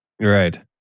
right